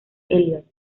elliott